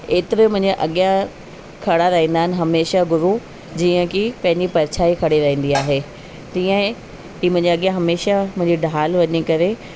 एतिरे मुंहिजे अॻियां खड़ा रहंदा आहिनि हमेशह गुरू जीअं की पंहिंजी परिछाई खड़ी रहींदी आहे तीअं हे हीअ मुंहिंजे अॻियां हमेशह मुंहिंजी ढाल वञी करे